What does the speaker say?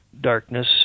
darkness